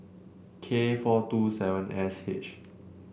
K four two seven S H